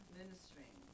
ministering